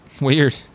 Weird